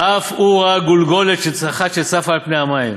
"אף הוא ראה גולגולת אחת צפה על פני המים.